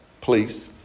please